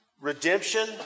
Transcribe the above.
redemption